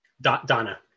Donna